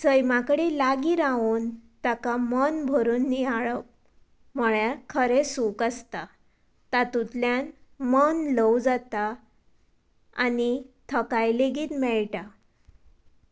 सैमा कडेन लागीं रावन ताका मन भरून नियाळप म्हमल्यार खरें सूख आसता तातुंतल्यान मन लोव जाता आनी थाकाय लेगीत मेळटा